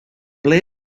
ble